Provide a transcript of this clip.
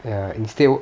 ya instead